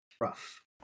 rough